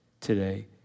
today